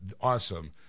awesome